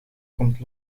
komt